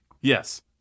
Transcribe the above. Yes